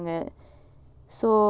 so